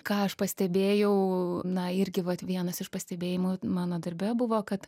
ką aš pastebėjau na irgi vat vienas iš pastebėjimų mano darbe buvo kad